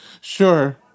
Sure